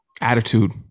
attitude